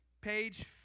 page